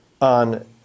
on